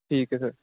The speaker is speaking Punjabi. ਠੀਕ ਹੈ ਸਰ